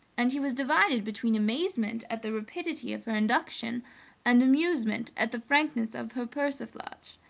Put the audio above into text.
and he was divided between amazement at the rapidity of her induction and amusement at the frankness of her persiflage.